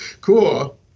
Cool